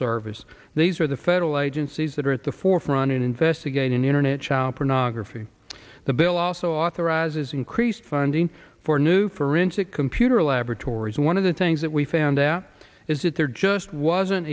service these are the federal agencies that are at the forefront in investigating the internet child pornography the bill also authorizes increased funding for new forensic computer labs tori's one of the things that we found out is that there just wasn't